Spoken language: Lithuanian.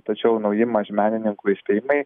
tačiau nauji mažmenininkų įspėjimai